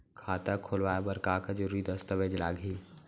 खाता खोलवाय बर का का जरूरी दस्तावेज लागही?